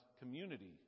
community